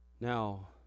Now